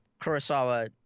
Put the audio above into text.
Kurosawa